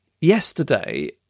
yesterday